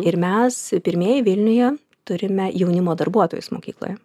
ir mes pirmieji vilniuje turime jaunimo darbuotojus mokykloje